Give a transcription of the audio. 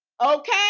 Okay